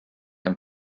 and